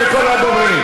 ההסתייגויות, כל הדוברים.